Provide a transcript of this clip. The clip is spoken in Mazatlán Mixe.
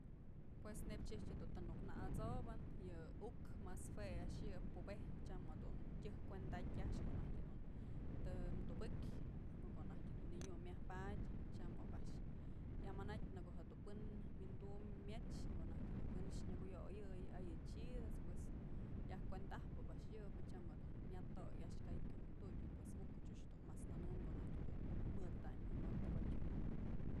Pues nein i'ijtyë dun të nuk na'asobë yë uk mas jue a'ax yë pubëjpë tyam jedun tyëjk kuenda'atyë a'ax ko'o najtyë jedun tëm tubëkyë ko'o najtyë dun nadyum myaj padyë tyam ob a'ax yamanatyë në ko'o jedun pën wi'indum myëch në ko'o najtyë dun pën nyëkuyoyëy a yë chidët's pues yaj kuenda ajpë ob a'ax yëbë tyam jedun nyat okyë a'ax kyaj kujuptudyë pues ukë ëch dun mas nënëm ko'o najtyë jedun mëdadayn jënotyë tëkotyë.